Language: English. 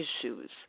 issues